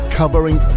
covering